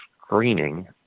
screening